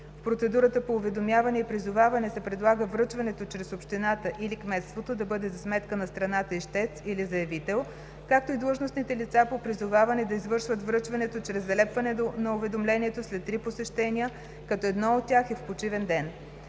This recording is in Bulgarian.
В процедурата по уведомяване и призоваване се предлага връчването чрез общината или кметството да бъде за сметка на страната – ищец или заявител, както и длъжностните лица по призоваване да извършват връчването чрез залепване на уведомлението след три посещения, като едно от тях е в почивен ден.